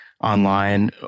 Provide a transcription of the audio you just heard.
online